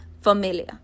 familiar